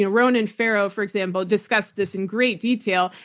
ah ronan farrow, for example, discussed this in great detail.